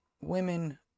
Women